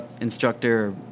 instructor